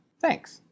Thanks